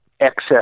excess